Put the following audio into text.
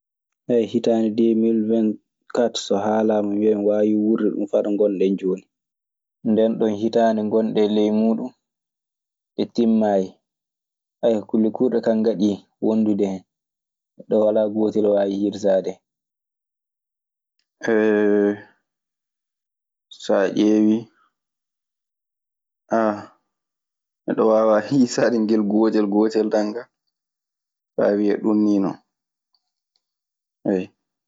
Hitaande deemil wen kat, so haalaama miɗon waawi wiide mi wuriɗun faa ɗo ngonɗen jonin ɗo. Nden non hitaande ngonɗen ley muuɗun. Nde timmaayi. Haya, kulle kuurɗe kaa ngaɗi wondude hen. Neɗɗo walaa gootel waawi hiisaade hen. Saa ƴeewii neɗɗo waawaa hiisaade ngel gootel gootel tan ka, faa wiya ɗun nii non.